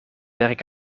werk